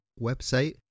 website